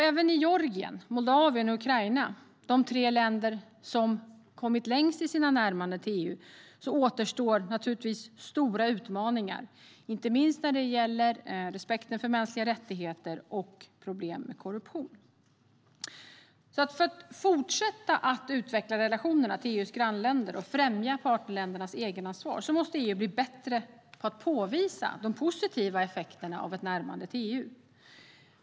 Även i Georgien, Moldavien och Ukraina - de tre länder som kommit längst i sina närmanden till EU - återstår stora utmaningar, inte minst när det gäller respekten för mänskliga rättigheter och problemen med korruption. För att fortsätta utveckla relationerna till EU:s grannländer och främja partnerländernas egenansvar måste EU bli bättre på att påvisa de positiva effekterna av ett närmande till EU.